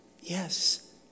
Yes